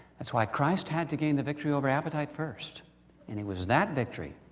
that's why christ had to gain the victory over appetite first and it was that victory,